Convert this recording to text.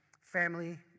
family